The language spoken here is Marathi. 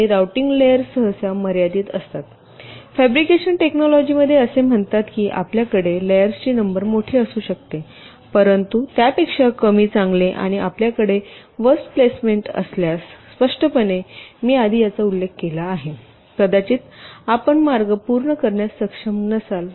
आणि रूटिंग लेयर सहसा मर्यादित असतात फॅब्रिकेशन टेकलॉजिमध्ये असे म्हणतात की आपल्याकडे लेयरची नंबर मोठी असू शकते परंतु त्यापेक्षा कमी चांगले आणि आपल्याकडे वोर्स्ट प्लेसमेंट असल्यास स्पष्टपणे मी आधी याचा उल्लेख केला आहे कदाचित आपण मार्ग पूर्ण करण्यास सक्षम नसाल